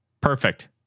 Perfect